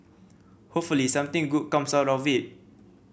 hopefully something good comes out of it